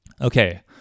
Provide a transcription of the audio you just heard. Okay